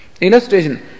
Illustration